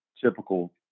typical